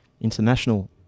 international